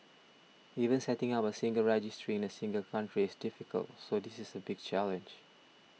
even setting up a single registry in a single country is difficult so this is a big challenge